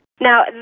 Now